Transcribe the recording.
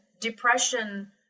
depression